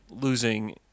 losing